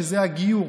שזה הגיור.